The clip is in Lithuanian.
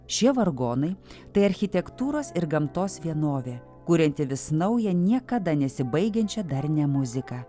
šie vargonai tai architektūros ir gamtos vienovė kurianti vis naują niekada nesibaigiančią darnią muziką